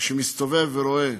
מי שמסתובב ורואה,